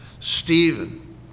Stephen